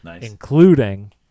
including